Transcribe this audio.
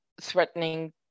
threatening